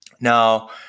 Now